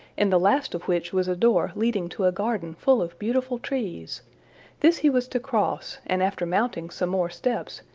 in the last of which was a door leading to a garden full of beautiful trees this he was to cross, and after mounting some more steps,